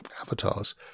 avatars